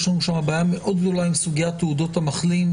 יש לנו שם בעיה מאוד גדולה עם סוגיית תעודות המחלים,